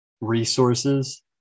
resources